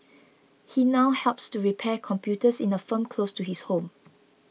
he now helps to repair computers in a firm close to his home